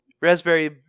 Raspberry